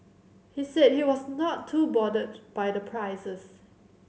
he said he was not too bothered by the prices